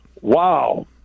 wow